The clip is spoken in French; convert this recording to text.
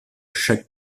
chaque